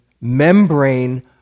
membrane